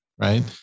Right